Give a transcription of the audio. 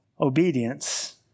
obedience